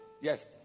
Yes